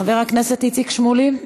חבר הכנסת איציק שמולי,